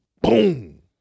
boom